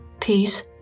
peace